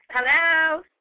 Hello